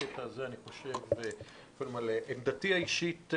עמדתי האישית,